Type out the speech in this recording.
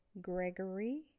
Gregory